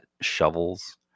shovels